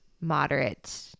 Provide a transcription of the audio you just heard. moderate